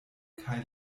kaj